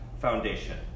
Foundation